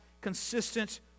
consistent